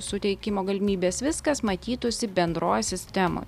suteikimo galimybės viskas matytųsi bendroj sistemoj